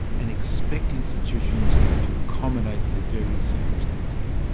and expect institutions to accommodate their varied circumstances.